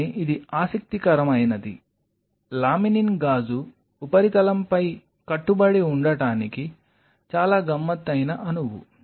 కానీ ఇది ఆసక్తికరమైనది లామినిన్ గాజు ఉపరితలంపై కట్టుబడి ఉండటానికి చాలా గమ్మత్తైన అణువు